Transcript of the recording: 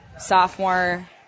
sophomore